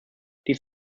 dies